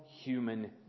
human